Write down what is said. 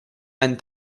and